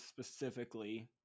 specifically